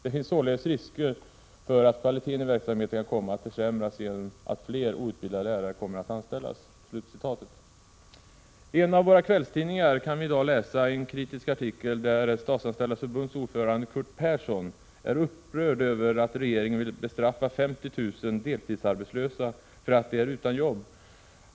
Det finns således risker för att kvaliteten i verksamheten kan komma att försämras genom att fler outbildade lärare kommer att anställas.” I en av våra kvällstidningar kan vi i dag läsa en kritisk artikel, där Statsanställdas förbunds ordförande Curt Persson är upprörd över att regeringen vill bestraffa 50 000 deltidsarbetslösa för att de är utan jobb.